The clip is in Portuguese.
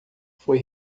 foi